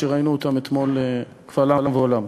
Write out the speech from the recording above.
שראינו אותם אתמול קבל עם ועולם.